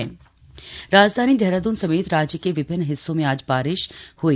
मौसम राजधानी देहरादून समेत राज्य के विभिन्न हिस्सों में आज बारिश ह्ई